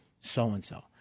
So-and-so